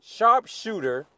Sharpshooter